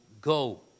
go